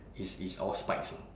it's it's all spikes lah